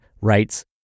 writes